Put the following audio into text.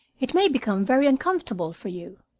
it may become very uncomfortable for you.